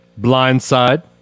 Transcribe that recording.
Blindside